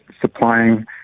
supplying